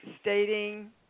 stating